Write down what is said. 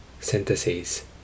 Synthesis